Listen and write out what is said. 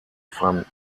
van